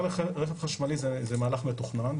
--- מעבר לרכב חשמלי זה מהלך מתוכנן.